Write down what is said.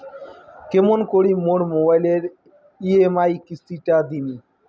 কেমন করি মোর মোবাইলের ই.এম.আই কিস্তি টা দিম?